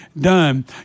done